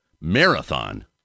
marathon